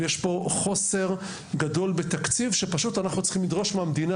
ויש פה חוסר גדול בתקציב שאנחנו צריכים לדרוש מהמדינה,